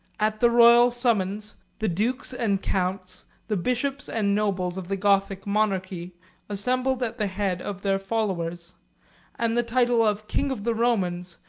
at the royal summons, the dukes and counts, the bishops and nobles of the gothic monarchy assembled at the head of their followers and the title of king of the romans,